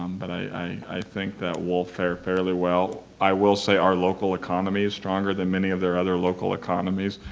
um but i i think that we'll fare fairly well. i will say our local economy is stronger than many of their other local economies,